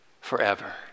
forever